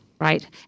Right